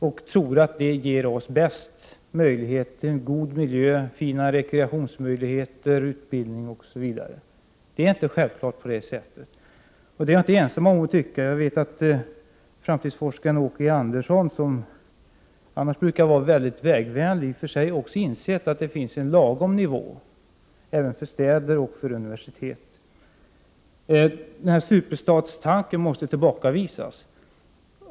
Han tror att vi därmed får de största möjligheterna att skapa en god miljö och fina tillfällen till rekreation, utbildning osv. Men det är inte en självklarhet, och det är jag inte ensam om att tycka. Jag vet att framtidsforskaren Åke E. Andersson, som annars är mycket positiv till vägar, också insett att det finns en lagom nivå även när det gäller städer och universitet. Tanken på en superstad måste alltså tillbakavisas.